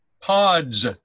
pods